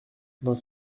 dans